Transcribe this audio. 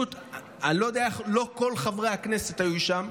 אני לא יודע איך לא כל חברי הכנסת היו שם,